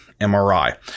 MRI